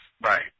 Right